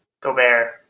Gobert